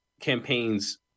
campaigns